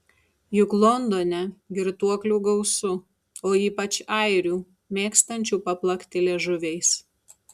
juk londone girtuoklių gausu o ypač airių mėgstančių paplakti liežuviais